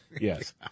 Yes